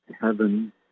Heaven